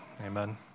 Amen